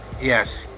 yes